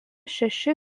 šeši